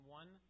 one